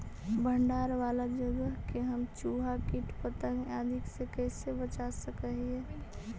भंडार वाला जगह के हम चुहा, किट पतंग, आदि से कैसे बचा सक हिय?